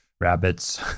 rabbits